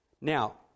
Now